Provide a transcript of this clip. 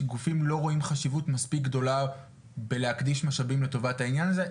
שגופים לא רואים חשיבות מספיק גדולה בלהקדיש משאבים לטובת העניין הזה?